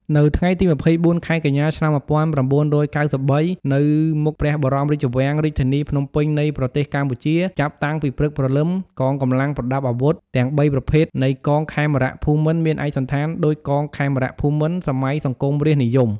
នៅថ្ងៃទី២៤ ខែកញ្ញា ឆ្នាំ១៩៩៣ នៅមុខព្រះបរមរាជវាំងរាជធានីភ្នំពេញនៃប្រទេសកម្ពុជាចាប់តាំងពីព្រឹកព្រលឹម កងកម្លាំងប្រដាប់អាវុធទាំងបីប្រភេទនៃកងខេមរភូមិន្ទមានឯកសណ្ឋានដូចកងខេមរភូមិន្ទសម័យសង្គមរាស្ត្រនិយម។